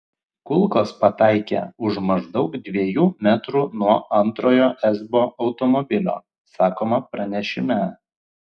kulkos pataikė už maždaug dviejų metrų nuo antrojo esbo automobilio sakoma pranešime